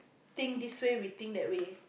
think this way we think that we